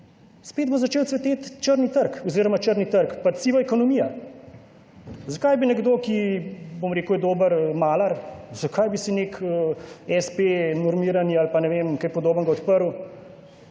Spet bo začel cveteti črni trg oziroma črni trg pač siva ekonomija. Zakaj bi nekdo, ki, bom rekel, je dober malar, zakaj bi si nek s. p. normirani ali pa ne vem kaj podobnega odprl,